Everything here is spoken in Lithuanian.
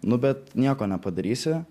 nu bet nieko nepadarysi